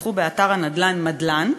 דווחו באתר הנדל"ן "מדלן",